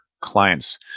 clients